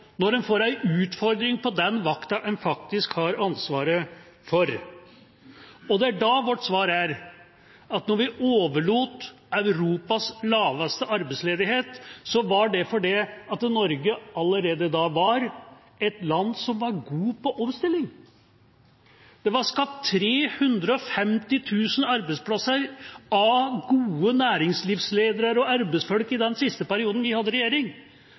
når man får en utfordring på den vakta en faktisk har ansvaret for. Vårt svar er at da vi etterlot oss Europas laveste arbeidsledighet, var det fordi Norge allerede da var et land som var god på omstilling. Det var skapt 350 000 arbeidsplasser av gode næringslivsledere og arbeidsfolk i den siste perioden vi hadde regjering.